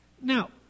Now